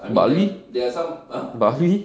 bartley bartley